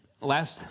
last